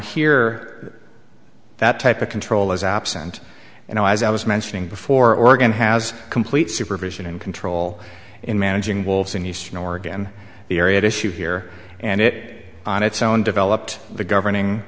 here that type of control is absent and as i was mentioning before oregon has complete supervision and control in managing wolves in eastern oregon the area issue here and it on its own developed the governing